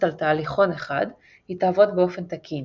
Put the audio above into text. על תהליכון אחד היא תעבוד באופן תקין,